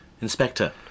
Inspector